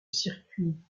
circuit